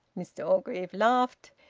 mr orgreave laughed.